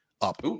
up